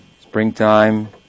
springtime